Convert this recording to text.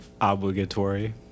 Obligatory